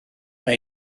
mae